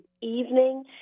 evening